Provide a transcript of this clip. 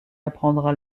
apprendra